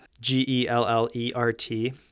G-E-L-L-E-R-T